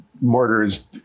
mortars